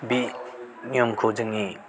बे नियमखौ जोंनि